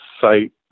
site